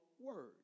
word